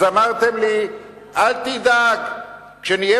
אז אמרתם לי: אל תדאג,